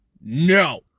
no